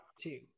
two